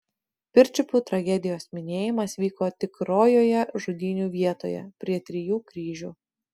pirčiupių tragedijos minėjimas vyko tikrojoje žudynių vietoje prie trijų kryžių